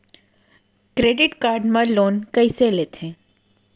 Credit card मा loan कइसे लेथे?